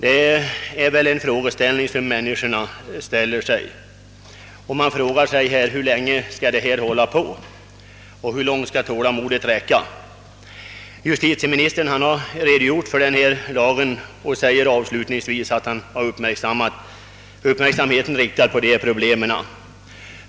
Den reflexionen gör alla människor, och man frågar sig hur länge det hela skall få fortgå och hur länge tålamodet skall räcka hos myndigheterna och andra. Justitieministern säger avslutningsvis att han har uppmärksamheten riktad på dessa problem.